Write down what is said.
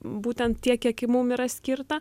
būtent tiek kiek mum yra skirta